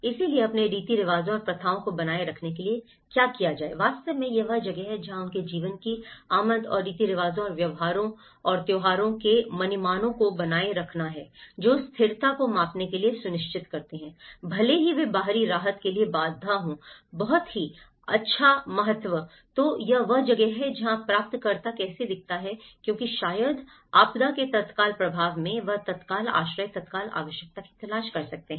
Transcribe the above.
इसलिए अपने रीति रिवाजों और प्रथाओं को बनाए रखने के लिए कैसे करें वास्तव में यह वह जगह है जहां उनके जीवन की आमद और रीति रिवाजों और व्यवहारों और व्यवहार के प्रतिमानों को बनाए रखना है जो स्थिरता को मापने के लिए सुनिश्चित करते हैं भले ही वे बाहरी राहत के लिए बाधा हों बहुत ही अच्छा महत्व तो यह वह जगह है जहां प्राप्तकर्ता कैसे दिखता है क्योंकि शायद आपदा के तत्काल प्रभाव में वह तत्काल आश्रय तत्काल आवश्यकता की तलाश कर सकता है